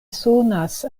sonas